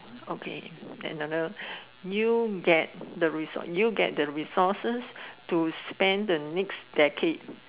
okay another you get the resource you get the resources to spend the next decade